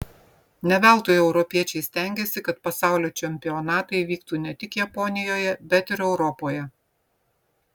ne veltui europiečiai stengėsi kad pasaulio čempionatai vyktų ne tik japonijoje bet ir europoje